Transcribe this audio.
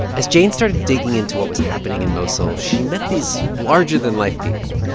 as jane started digging into what was happening in mosul, she met these larger-than-life people,